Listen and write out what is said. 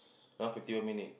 now fifty more minute